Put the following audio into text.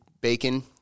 bacon